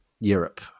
Europe